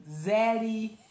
Zaddy